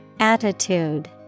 attitude